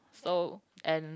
so and